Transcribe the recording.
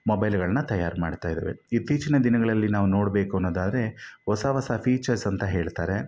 ಮೊಬೈಲ್ಗಳನ್ನ ತಯಾರು ಮಾಡ್ತಾಯಿದ್ದಾವೆ ಇತ್ತೀಚಿನ ದಿನಗಳಲ್ಲಿ ನಾವು ನೋಡಬೇಕು ಅನ್ನೋದಾದರೆ ಹೊಸ ಹೊಸ ಫೀಚರ್ಸ್ ಅಂತ ಹೇಳ್ತಾರೆ